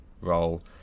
role